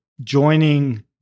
joining